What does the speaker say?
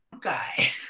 guy